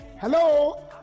Hello